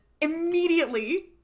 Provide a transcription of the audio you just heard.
Immediately